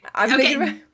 Okay